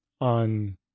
on